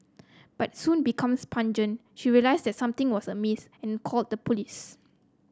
but soon becomes pungent she realized that something was amiss and called the police